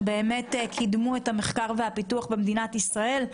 שקידמו את המחקר ואת הפיתוח במדינת ישראל,